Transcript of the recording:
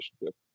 relationship